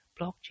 blockchain